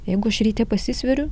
jeigu aš ryte pasisveriu